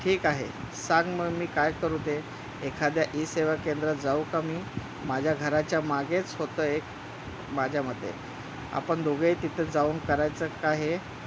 ठीक आहे सांग मग मी काय करू ते एखाद्या ई सेवा केंद्र जाऊ का मी माझ्या घराच्या मागेच होतं एक माझ्यामते आपण दोघेही तिथं जाऊन करायचं का हे